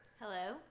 Hello